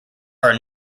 are